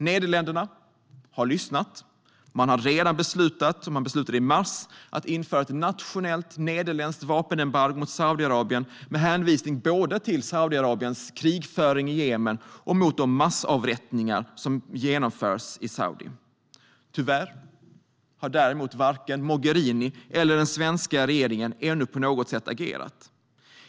Nederländerna har lyssnat och beslutade i mars att införa ett nationellt nederländskt vapenembargo mot Saudiarabien med hänvisning till både Saudiarabiens krigföring i Jemen och de massavrättningar som genomförs i Saudiarabien. Tyvärr har varken Mogherini eller den svenska regeringen ännu agerat.